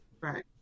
Right